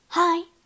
Hi